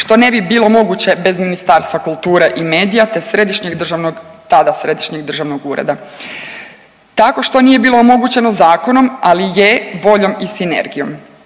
što ne bi bilo moguće bez Ministarstva kulture i medija te Središnjeg državnog tada Središnjeg državnog ureda. Takvo što nije bilo omogućeno zakonom, ali je voljom i sinergijom.